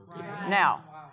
Now